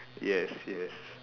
yes yes